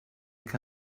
que